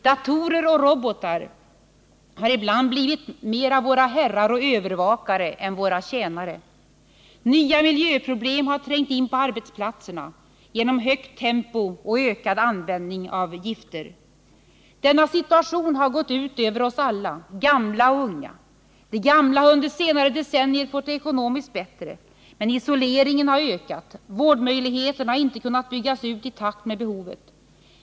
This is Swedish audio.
Datorer och robotar har ibland mer blivit våra herrar och övervakare än våra tjänare. Nya miljöproblem har trängt in på arbetsplatserna genom högt tempo och ökad användning av gifter. Denna situation har gått ut över oss alla — gamla och unga. De gamla har under de senaste decennierna fått det ekonomiskt bättre. Men isoleringen har ökat, vårdmöjligheterna har inte kunnat byggas ut i takt med behovet.